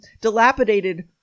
dilapidated